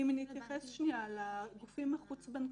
אם נתייחס שנייה לגופים החוץ-בנקאיים,